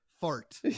fart